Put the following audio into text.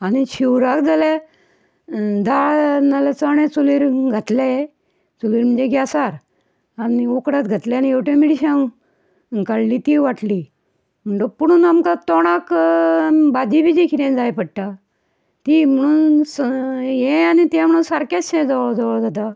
आनी शिवराक जाल्यार दाळ नाल्यार चणे चुलीर घातले चुलीर म्हणजे गॅसार आनी उकडत घातले आनी हेवटेन मिरसांग काडली ती वाटली म्हणट पुणून आमकां तोंडाक भाजी बिजी कितेंय जाय पडटा ती म्हणून हें आनी तें म्हणोन सारकेंचशें जवळ जवळ जाता